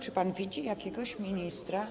Czy pan widzi jakiegoś ministra?